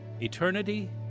Eternity